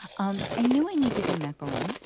um i knew i needed a macaron, um